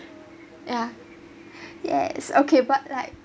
ya yes okay but like